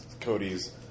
Cody's